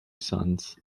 sons